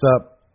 up